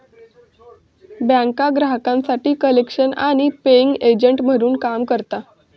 बँका ग्राहकांसाठी कलेक्शन आणि पेइंग एजंट म्हणून काम करता